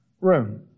room